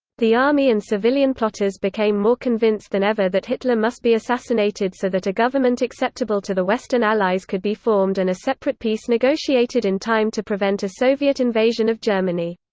the army and civilian plotters became more convinced than ever that hitler must be assassinated so that a government acceptable to the western allies could be formed and a separate peace negotiated in time to prevent a soviet invasion of germany.